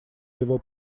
его